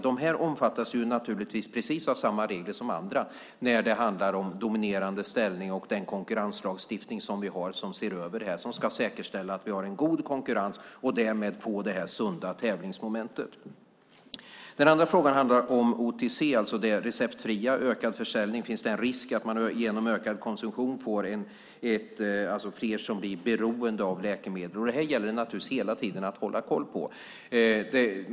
Dessa omfattas naturligtvis av samma regler som andra när det gäller dominerande ställning och konkurrenslagstiftning som ska se över detta och säkerställa en god konkurrens så att vi får det sunda tävlingsmomentet. Den andra frågan handlade om OTC, det vill säga det receptfria, om ökad försäljning och om det finns en risk för ökad konsumtion som gör att fler blir beroende av läkemedel. Det gäller naturligtvis att hela tiden hålla koll på detta.